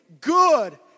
good